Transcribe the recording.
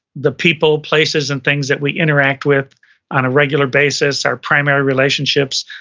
the people, places and things that we interact with on a regular basis, our primary relationships,